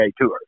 Tour